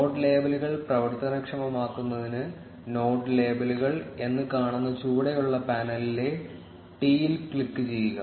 node ലേബലുകൾ പ്രവർത്തനക്ഷമമാക്കുന്നതിന് node ലേബലുകൾ എന്ന് കാണുന്ന ചുവടെയുള്ള പാനലിലെ ടിയിൽ ക്ലിക്കുചെയ്യുക